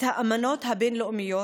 את האמנות הבין-לאומיות.